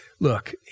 look